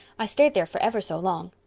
i stayed there for ever so long.